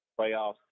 playoffs